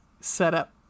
setup